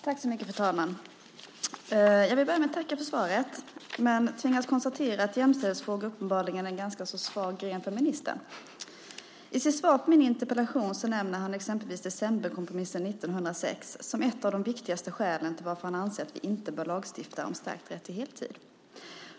Fru talman! Jag vill börja med att tacka för svaret, men jag tvingas konstatera att jämställdhetsfrågor uppenbarligen är en ganska svag gren för ministern. I sitt svar på min interpellation nämner han exempelvis decemberkompromissen 1906 som ett av de viktigaste skälen till att han anser att vi inte bör lagstifta om stärkt rätt till heltid.